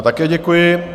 Také děkuji.